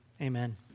amen